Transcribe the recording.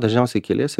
dažniausiai keliese